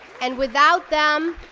and without them,